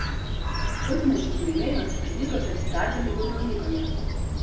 utenai šis laimėjimas prilygo tarsi pergalei eurolygoje